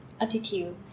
attitude